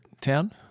town